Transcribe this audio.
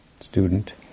student